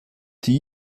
tae